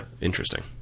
interesting